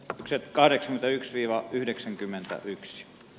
kaksi kahdeksan yksi ja yhdeksänkymmentäyksi